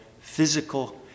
physical